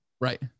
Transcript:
right